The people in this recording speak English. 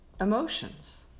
emotions